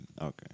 Okay